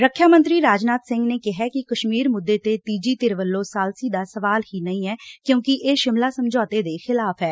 ਰੱਖਿਆ ਮੰਤਰੀ ਰਾਜਨਾਬ ਸਿੰਘ ਨੇ ਕਿਹੈ ਕਿ ਕਸ਼ਮੀਰ ਮੁੱਦੇ ਤੇ ਤੀਜੀ ਧਿਰ ਵੱਲੋਂ ਸਾਲਸੀ ਦਾ ਸਵਾਲ ਹੀ ਨਹੀਂ ਐ ਕਿਉਂਕਿ ਇਹ ਸ਼ਿਮਲਾ ਸਮਝੌਤੇ ਦੇ ਖਿਲਾਫ਼ ਐ